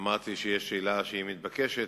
אמרתי שיש שאלה שהיא מתבקשת,